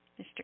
Mr